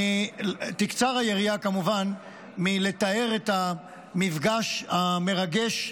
כמובן שתקצר היריעה מלתאר את המפגש המרגש,